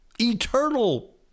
eternal